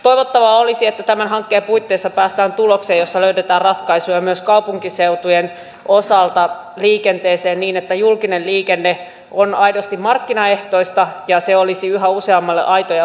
toivottavaa olisi että tämän hankkeen puitteissa päästään tulokseen jossa löydetään ratkaisuja myös kaupunkiseutujen osalta liikenteeseen niin että julkinen liikenne on aidosti markkinaehtoista ja se olisi yhä useammalle aito ja houkutteleva vaihtoehto